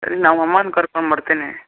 ಸರಿ ನಮ್ಮ ಅಮ್ಮನ ಕರ್ಕೊಂಬರ್ತೀನಿ